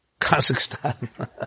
Kazakhstan